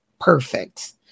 perfect